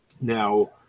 Now